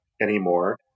anymore